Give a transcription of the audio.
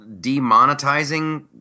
demonetizing